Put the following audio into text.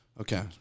Okay